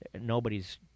nobody's